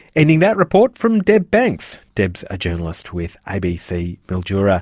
ending that report from deb banks. deb's a journalist with abc mildura.